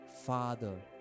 Father